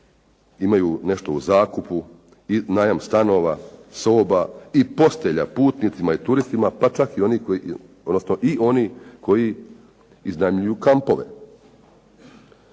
imaju nešto u zakupu i najam stanova, soba i postelja putnicima i turistima pa čak i oni koji, odnosno i oni